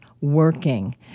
working